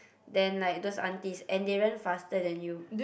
then like those aunties and they run faster than you